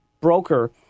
broker